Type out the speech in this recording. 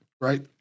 right